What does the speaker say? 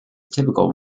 typical